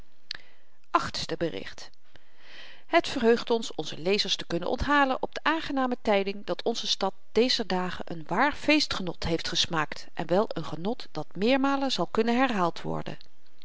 achtste bericht het verheugt ons onze lezers te kunnen onthalen op de aangename tyding dat onze stad dezer dagen n waar feestgenot heeft gesmaakt en wel n genot dat meermalen zal kunnen herhaald worden